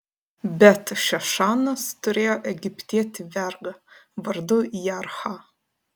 bet šešanas turėjo egiptietį vergą vardu jarhą